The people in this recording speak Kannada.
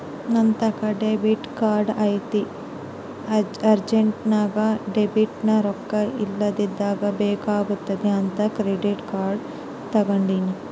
ನಂತಾಕ ಡೆಬಿಟ್ ಕಾರ್ಡ್ ಐತೆ ಅರ್ಜೆಂಟ್ನಾಗ ಡೆಬಿಟ್ನಲ್ಲಿ ರೊಕ್ಕ ಇಲ್ಲದಿದ್ದಾಗ ಬೇಕಾಗುತ್ತೆ ಅಂತ ಕ್ರೆಡಿಟ್ ಕಾರ್ಡನ್ನ ತಗಂಡಿನಿ